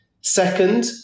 Second